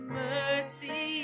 mercy